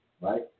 right